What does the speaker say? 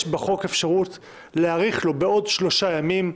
יש בחוק אפשרות להאריך לו בעוד 3 ימים.